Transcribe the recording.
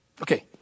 Okay